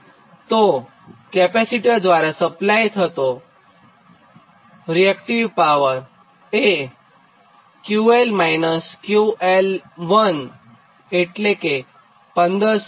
તો કેપેસિટર દ્વારા થતો સપ્લાય QL 𝑄𝐿1 એટલે કે 1507